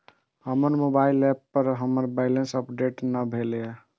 हमर mobile app पर हमर बैलेंस अपडेट ने भेल या